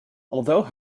although